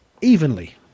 evenly